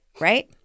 right